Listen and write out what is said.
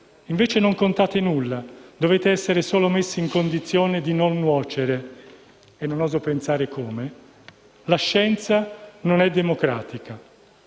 Invece non contate nulla, dovete solo essere messi in condizione di non nuocere.» - e non oso pensare come - «La scienza non è democratica».